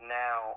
now